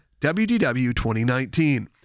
WDW2019